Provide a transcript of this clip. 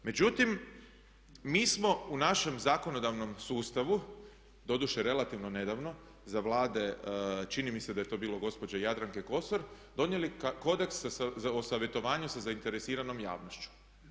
Međutim, mi smo u našem zakonodavnom sustavu, doduše relativno nedavno za Vlade čini mi se da je to bilo gospođe Jadranke Kosor, donijeli Kodeks o savjetovanju sa zainteresiranom javnošću.